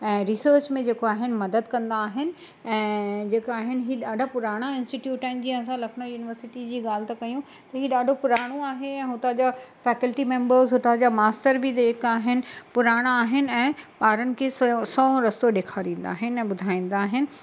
ऐं रिसर्च में जेको आहिनि मदद कंदा आहिनि ऐं जेका आहिनि हीउ ॾाढा पुराणा इंस्टीट्यूट आहिनि जीअं असां लखनऊ यूनीवर्सिटी जी ॻाल्हि था कयूं त हीउ ॾाढो पुराणो आहे ऐं हुतां जा फ़ैकल्टी मैंबर्स हुतां जा मास्तर बि जेका आहिनि पुराणा आहिनि ऐं ॿारनि खे स सों रस्तो ॾेखारींदा आहिनि ऐं ॿुधाईंदा आहिनि